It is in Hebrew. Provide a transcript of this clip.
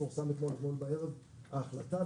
פורסמה אתמול בערב ההחלטה.